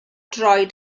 droed